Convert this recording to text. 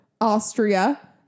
Austria